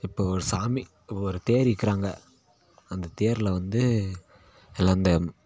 இப்போ ஒரு சாமி இப்போ ஒரு தேர் இழுக்குறாங்கள் அந்த தேர்ல வந்து எல்லாம் இந்த